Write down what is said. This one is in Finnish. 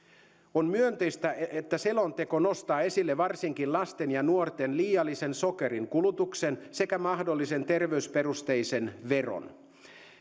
on myönteistä että selonteko nostaa esille varsinkin lasten ja nuorten liiallisen sokerin kulutuksen sekä mahdollisen terveysperusteisen veron